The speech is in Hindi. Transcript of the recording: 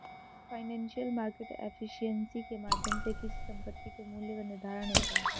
फाइनेंशियल मार्केट एफिशिएंसी के माध्यम से किसी संपत्ति के मूल्य का निर्धारण होता है